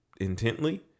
intently